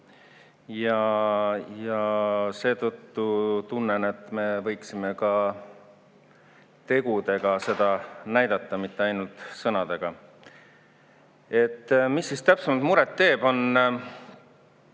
Ja seetõttu tunnen, et me võiksime ka tegudega seda näidata, mitte ainult sõnadega. Mis siis täpsemalt muret teeb?